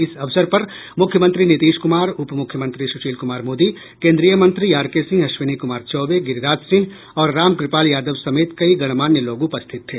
इस अवसर पर मुख्यमंत्री नीतीश कुमार उप मुख्यमंत्री सुशील कुमार मोदी केंद्रीय मंत्री आर के सिहं अश्विनी कुमार चौबे गिरिराज सिंह और रामकृपाल यादव समेत कई गणमान्य लोग उपस्थित थे